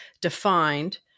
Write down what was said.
defined